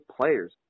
players